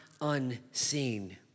unseen